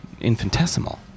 infinitesimal